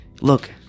Look